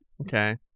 Okay